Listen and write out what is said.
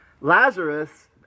Lazarus